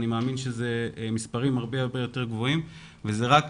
אני מאמין שאלה מספרים הרבה יותר גבוהים וזה הרבה